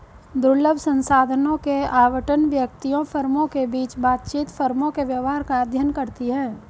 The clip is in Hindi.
दुर्लभ संसाधनों के आवंटन, व्यक्तियों, फर्मों के बीच बातचीत, फर्मों के व्यवहार का अध्ययन करती है